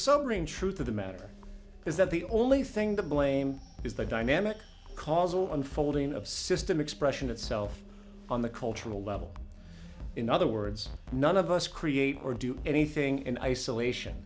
submarine truth of the matter is that the only thing that blame is the dynamic causal unfolding of system expression itself on the cultural level in other words none of us create or do anything in isolation